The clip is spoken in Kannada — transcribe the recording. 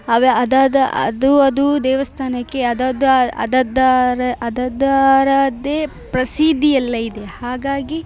ಅವು ಅದಾದ ಅದು ಅದು ದೇವಸ್ಥಾನಕ್ಕೆ ಅದದ ಅದದರ ಅದದ್ದರದೇ ಪ್ರಸಿದ್ಧಿ ಎಲ್ಲ ಇದೆ ಹಾಗಾಗಿ